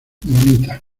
bonita